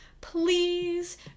please